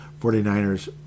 49ers